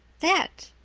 that,